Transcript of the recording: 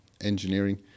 engineering